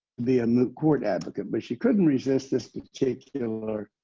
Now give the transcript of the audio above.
be a moot court advocate. but she couldn't resist this particular